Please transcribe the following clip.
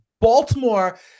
Baltimore